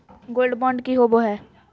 Gold bond की होबो है?